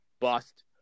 bust